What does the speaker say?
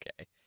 Okay